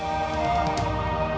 oh